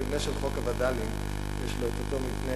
המבנה של חוק הווד"לים יש לו אותו מבנה.